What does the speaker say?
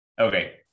Okay